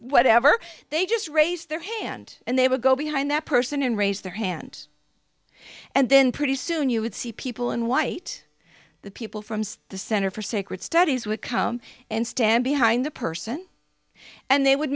whatever they just raise their hand and they would go behind that person and raise their hand and then pretty soon you would see people in white the people from star center for sacred studies would come and stand behind the person and they would